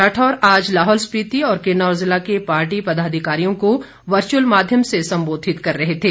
राठौर आज लाहौल स्पिति और किन्नौर जिला के पार्टी पदाधिकारियों को वर्च्अल माध्यम से सम्बोधित कर रहे थे